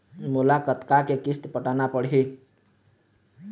मोला कतका के किस्त पटाना पड़ही?